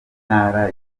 ntara